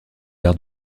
arts